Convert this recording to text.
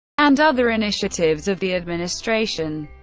and other initiatives of the administration.